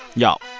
y'all,